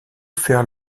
faire